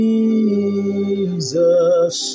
Jesus